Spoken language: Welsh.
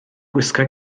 gwisga